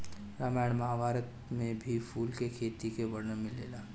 रामायण महाभारत में भी फूल के खेती के वर्णन मिलेला